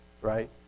right